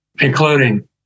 including